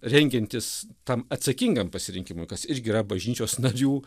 rengiantis tam atsakingam pasirinkimui kas irgi yra bažnyčios narių